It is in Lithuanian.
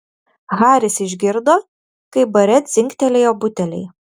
haris išgirdo kaip bare dzingtelėjo buteliai